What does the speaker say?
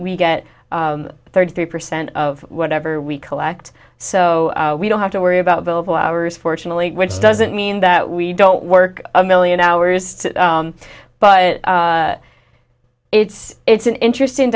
we get thirty three percent of whatever we collect so we don't have to worry about billable hours fortunately which doesn't mean that we don't work a million hours but it's it's an interesting